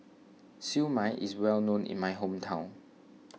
Siew Mai is well known in my hometown